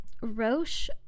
Roche